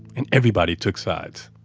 and everybody took sides.